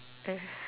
ya